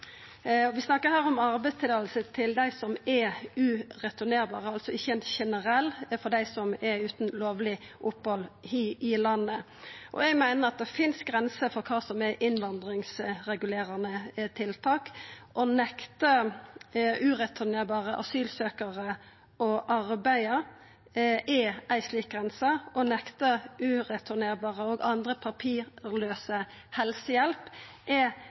Vi snakkar her om arbeidsløyve til dei om er ureturnerbare, altså ikkje generelt for dei som er utan lovleg opphald i landet. Eg meiner at det finst grenser for kva som er innvandringsregulerande tiltak. Å nekta ureturnerbare asylsøkjarar å arbeida er ei slik grense. Å nekta ureturnerbare og andre utan papir helsehjelp er